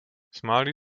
smáli